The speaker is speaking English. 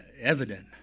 evident